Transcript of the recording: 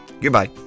Goodbye